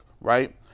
right